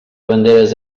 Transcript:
banderes